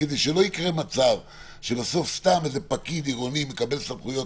כדי שלא יקרה מצב שבסוף סתם איזה פקיד עירוני מקבל סמכויות